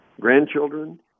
grandchildren